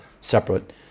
separate